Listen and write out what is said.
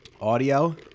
audio